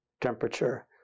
temperature